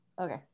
Okay